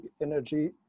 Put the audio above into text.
energy